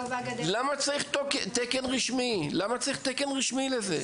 למה צריך תקן רשמי לזה?